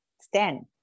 stand